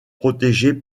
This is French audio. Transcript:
protégé